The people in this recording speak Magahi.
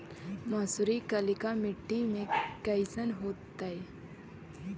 मसुरी कलिका मट्टी में कईसन होतै?